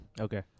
Okay